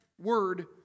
word